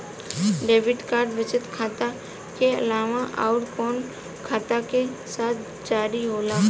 Debit card बचत खाता के अलावा अउरकवन खाता के साथ जारी होला?